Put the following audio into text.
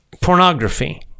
Pornography